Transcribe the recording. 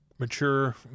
Mature